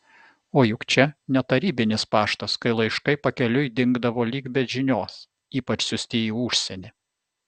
o juk čia ne tarybinis paštas kai laiškai pakeliui dingdavo lyg be žinios ypač siųsti į užsienį